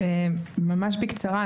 בקצרה.